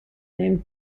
named